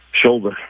Shoulder